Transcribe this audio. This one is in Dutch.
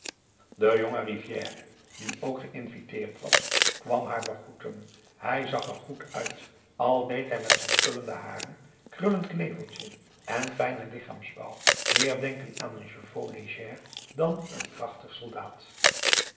de jonge rivière die ook geïnviteerd was kwam haar begroeten hij zag er goed uit al deed hij met zijn krullende haren krullend kneveltje en fijnen lichaamsbouw meer denken aan een chevau léger dan aan een krachtig soldaat